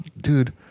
dude